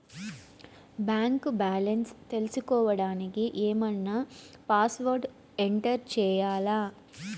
Bank balance తెలుసుకోవడానికి ఏమన్నా password enter చేయాలా?